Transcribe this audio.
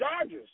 Dodgers